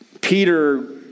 Peter